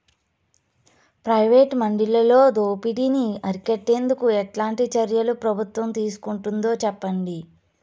Private మండీలలో దోపిడీ ని అరికట్టేందుకు ఎట్లాంటి చర్యలు ప్రభుత్వం తీసుకుంటుందో చెప్పండి?